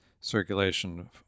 circulation